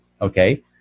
okay